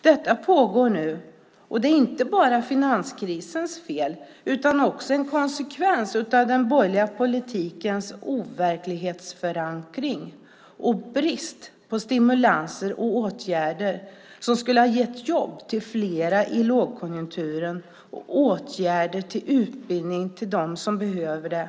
Detta pågår nu, och det är inte bara finanskrisens fel. Det är också en konsekvens av den borgerliga politikens bristande verklighetsförankring och avsaknad av stimulanser och åtgärder som skulle ha gett jobb till fler under lågkonjunkturen och möjlighet till utbildning till dem som behöver det.